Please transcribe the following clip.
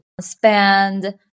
spend